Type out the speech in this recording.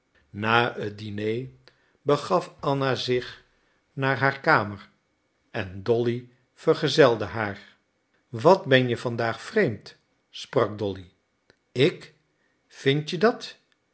na het diner begaf anna zich naar haar kamer en dolly vergezelde haar wat ben je vandaag vreemd sprak dolly ik vind je dat